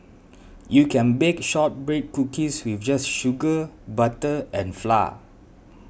you can bake Shortbread Cookies with just sugar butter and flour